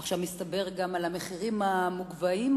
עכשיו מסתברים גם המחירים המוגבהים,